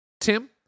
Tim